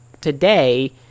today